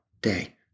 day